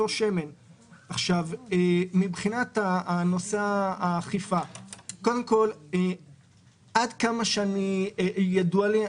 מבחינת האכיפה - עד כמה שידוע לי,